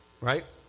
Right